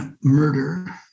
murder